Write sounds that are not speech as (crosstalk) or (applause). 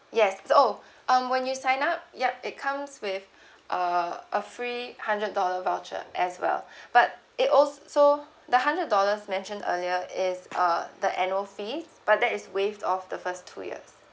yes oh um when you sign up yup it comes with uh a free hundred dollar voucher as well (breath) but it also the hundred dollars mention earlier is uh the annual fee but that is waive off the first two years